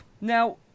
now